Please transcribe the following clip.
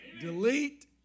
delete